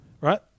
right